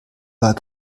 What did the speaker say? war